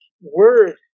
word